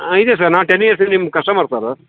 ಇದೆ ಸರ್ ನಾ ಟೆನ್ ಇಯರ್ಸಿಂದ ನಿಮ್ಮ ಕಸ್ಟಮರ್ ಸಾರು